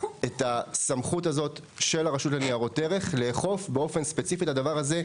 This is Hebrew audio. את הסמכות הזו של הרשות לניירות ערך לאכוף את הדבר הזה,